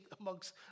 amongst